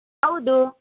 ಹೌದು